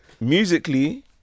musically